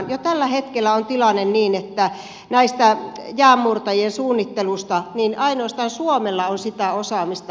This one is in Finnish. jo tällä hetkellä on tilanne niin että näistä jäänmurtajien suunnitteluista ainoastaan suomella on sitä osaamista